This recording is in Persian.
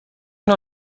نوع